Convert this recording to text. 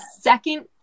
second